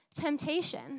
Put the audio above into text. temptation